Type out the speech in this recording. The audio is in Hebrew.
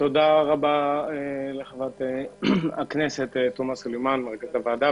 תודה גבירתי, תודה לוועדה.